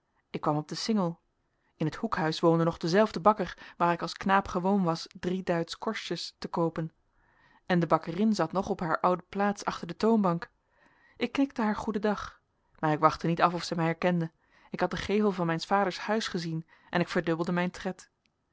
ik kwam op den singel in het hoekhuis woonde nog dezelfde bakker waar ik als knaap gewoon was drieduitskorstjes te koopen en de bakkerin zat nog op haar oude plaats achter de toonbank ik knikte haar goeden dag maar ik wachtte niet af of zij mij herkende ik had den gevel van mijns vaders huis gezien en ik verdubbelde mijn tred